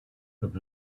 could